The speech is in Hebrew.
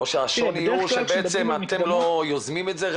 או שהשוני הוא שאתם לא יוזמים את זה,